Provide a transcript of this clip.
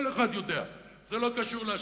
כל אחד יודע, זה לא קשור להשקפה.